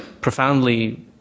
profoundly